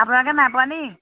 আপোনালোকে নাই পোৱা নি